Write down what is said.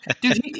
Dude